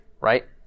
right